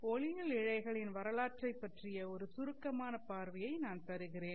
ஒளியியல் இழைகளின் வரலாற்றைப் பற்றிய ஒரு சுருக்கமான பார்வையை நான் தருகிறேன்